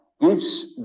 gives